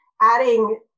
adding